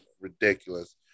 ridiculous